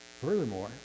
Furthermore